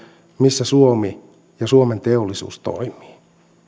missä suomi ja suomen teollisuus toimii